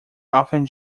often